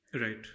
Right